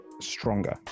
stronger